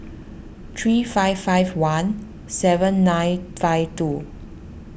three five five one seven nine five two